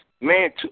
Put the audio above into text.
man